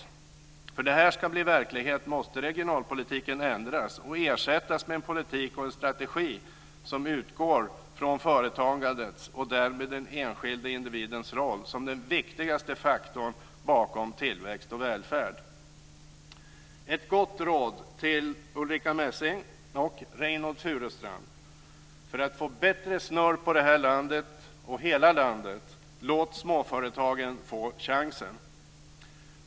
För att det här ska bli verklighet måste regionalpolitiken ändras och ersättas med en politik och en strategi som utgår från företagandet och därmed den enskilde individens roll som den viktigaste faktorn bakom tillväxt och välfärd. Ett gott råd till Ulrica Messing och Reynoldh Furustrand: För att få bättre snurr på det här landet, och hela landet: Låt småföretagen få chansen.